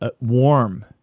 warm